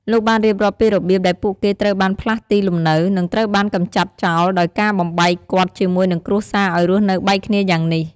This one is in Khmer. លោកបានរៀបរាប់ពីរបៀបដែលពួកគេត្រូវបានផ្លាស់ទីលំនៅ និងត្រូវបានកម្ចាត់ចោលដោយការបំបែកគាត់ជាមួយនិងគ្រួសារឲ្យរស់នៅបែកគ្នាយ៉ាងនេះ។